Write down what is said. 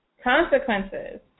Consequences